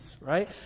right